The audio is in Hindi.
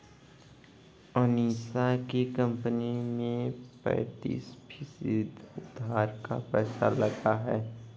अनीशा की कंपनी में पैंतीस फीसद उधार का पैसा लगा है